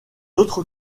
autre